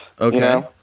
Okay